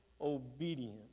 obedience